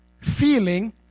feeling